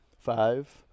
Five